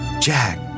Jack